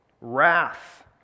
wrath